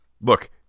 look